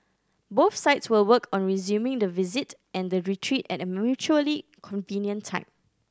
both sides will work on resuming the visit and the retreat at a mutually convenient time